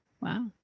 Wow